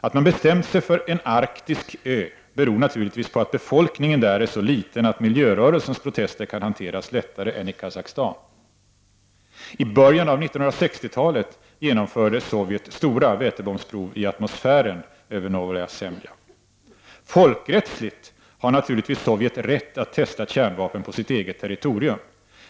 Att man bestämt sig för en arktisk ö beror naturligtvis på att befolkningen där är så liten att miljörörelsens protester kan hanteras lättare än i Kazachstan. I början av 1960-talet genomförde Sovjet stora vätebombsprov i atmosfären över Novaja Zemlja. Folkrättsligt har naturligtvis Sovjet rätt att testa kärnvapen på sitt eget territorium.